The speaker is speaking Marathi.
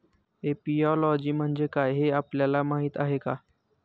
एपियोलॉजी म्हणजे काय, हे आपल्याला माहीत आहे का?